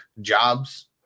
jobs